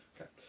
Okay